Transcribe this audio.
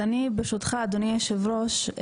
ברשותך אדוני היושב-ראש,